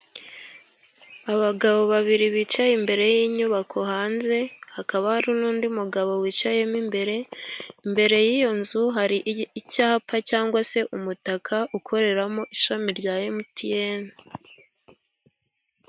Abagabo babiri bicaye imbere y'inyubako hanze, hakaba hari n'undi mugabo wicayemo imbere. Imbere y'iyo nzu hari icyapa cyangwa se umutaka ukoreramo ishami rya emutiyeni.